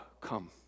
come